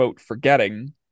forgetting